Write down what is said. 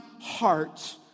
heart